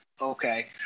Okay